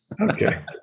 Okay